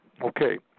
okay